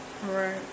Right